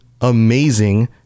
amazing